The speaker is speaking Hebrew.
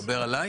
אתה מדבר עלי?